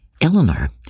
Eleanor